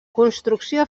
construcció